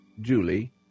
Julie